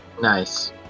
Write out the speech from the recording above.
nice